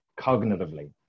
cognitively